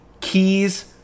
Keys